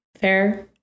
Fair